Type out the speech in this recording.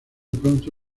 pronto